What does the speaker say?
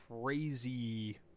crazy